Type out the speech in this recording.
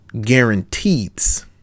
guarantees